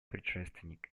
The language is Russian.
предшественник